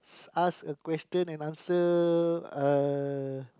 ask a question and answer uh